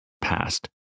past